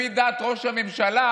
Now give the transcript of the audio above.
לפי דעת ראש הממשלה,